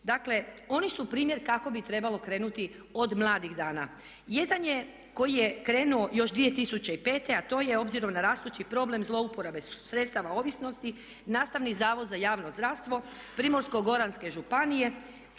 Dakle, oni su primjer kako bi trebalo krenuti od mladih dana. Jedan je koji je krenuo još 2005., a to je obzirom na rastući problem zlouporabe sredstava ovisnosti nastavni Zavod za javno zdravstvo Primorsko-goranske županije